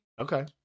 Okay